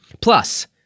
Plus